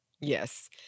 Yes